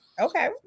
Okay